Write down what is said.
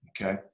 Okay